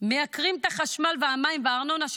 מייקרים את החשמל והמים והארנונה,